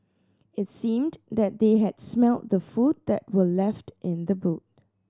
it seemed that they had smelt the food that were left in the boot